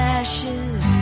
ashes